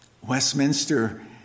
Westminster